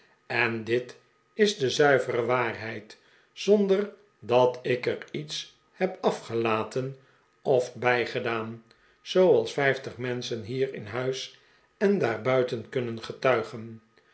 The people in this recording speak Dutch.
en dit is de zuivere waarheid zonder dat ik er iets heb afgelaten of bijgedaan zooals vijftig menschen hier in huis en daar buiten kunnen getuigen